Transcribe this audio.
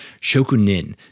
shokunin